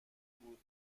بود